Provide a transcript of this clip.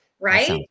Right